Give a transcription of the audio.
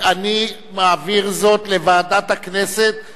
אני קובע שהצעתו של חבר הכנסת כבל